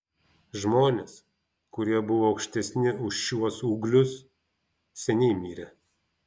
žmonės kurie buvo aukštesni už šiuos ūglius seniai mirė